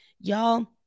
Y'all